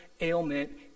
ailment